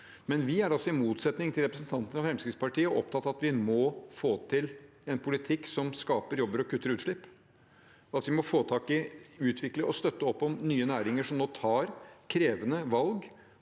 Muntlig spørretime 2024 setning til representanten og Fremskrittspartiet opptatt av at vi må få til en politikk som skaper jobber og kutter utslipp, at vi må få tak i, utvikle og støtte opp om nye næringer som nå tar krevende valg